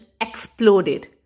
exploded